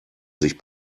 sich